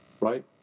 right